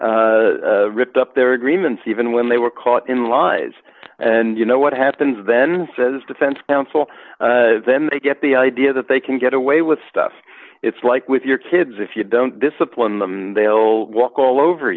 never ripped up their agreements even when they were caught in lies and you know what happens then says defense counsel then they get the idea that they can get away with stuff it's like with your kids if you don't discipline them they'll walk all over